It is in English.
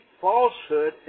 falsehood